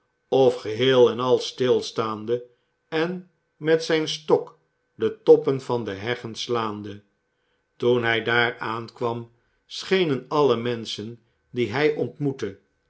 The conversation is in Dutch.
al stilstaande en met zijn stok de toppen van de heggen slaande toen hij daar aankwam schenen alle menschen die hij ontmoette